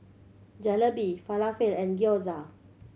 Jalebi Falafel and Gyoza